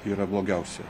yra blogiausia